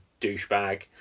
douchebag